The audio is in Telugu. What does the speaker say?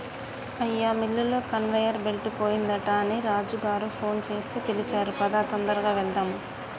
అయ్యా మిల్లులో కన్వేయర్ బెల్ట్ పోయిందట అని రాజు గారు ఫోన్ సేసి పిలిచారు పదా తొందరగా వెళ్దాము